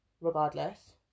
regardless